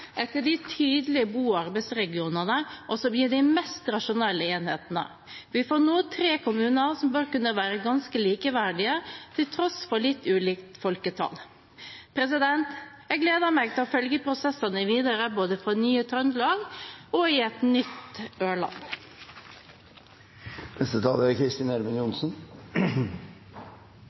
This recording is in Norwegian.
etter de tydelige bo- og arbeidsregionene, og som gir de mest rasjonelle enhetene. Vi får nå tre kommuner som bør kunne være ganske likeverdige, til tross for litt ulikt folketall. Jeg gleder meg til å følge prosessene videre for både nye Trøndelag og et nytt Ørland. Først: Gratulerer til Jan Tore Sanner, som er